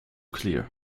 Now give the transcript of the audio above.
clear